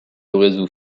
résout